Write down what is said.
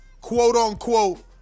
quote-unquote